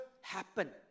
happen